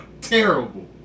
terrible